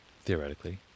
theoretically